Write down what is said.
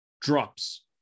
drops